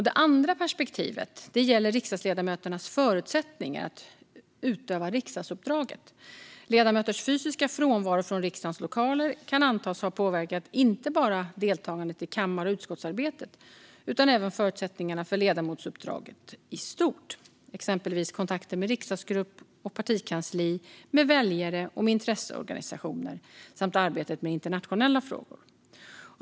Det andra perspektivet gäller riksdagsledamöternas förutsättningar att utöva riksdagsuppdraget. Ledamöters fysiska frånvaro från riksdagens lokaler kan antas ha påverkat inte bara deltagandet i kammar och utskottsarbetet utan även förutsättningarna för ledamotsuppdraget i stort. Det gäller exempelvis kontakter med riksdagsgrupp, partikansli, väljare och intresseorganisationer samt arbetet med internationella frågor.